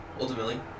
Ultimately